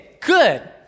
good